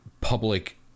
public